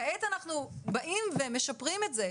כעת אנחנו באים ומשפרים את זה.